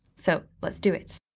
so let's do it.